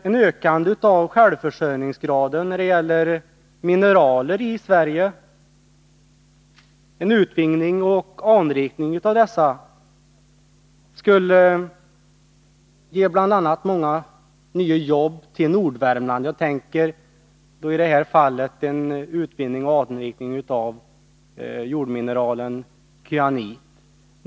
En ökning av självförsörjningsgraden när det gäller mineraler i Sverige, en utvinning och anrikning av dessa, skulle ge många nya jobb till Nordvärmland. Jag tänker i det fallet på en utvinning och anrikning av jordmineralet kyanit.